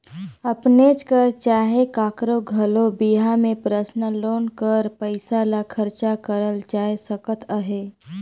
अपनेच कर चहे काकरो घलो बिहा में परसनल लोन कर पइसा ल खरचा करल जाए सकत अहे